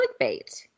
clickbait